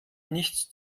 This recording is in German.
nichts